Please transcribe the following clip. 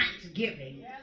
thanksgiving